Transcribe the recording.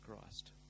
Christ